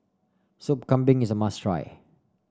Sup Kambing is a must try